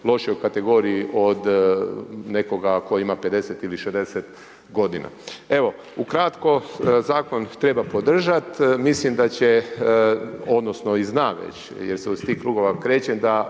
lošijoj kategoriji od nekoga tko ima 50 ili 60 godina. Evo, ukratko, zakon treba podržati. Mislim da će, odnosno i znam već jer se iz tih krugova krećem da